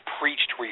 preached